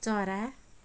चरा